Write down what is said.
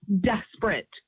desperate